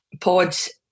pods